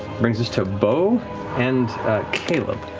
brings us to beau and caleb.